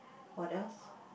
what else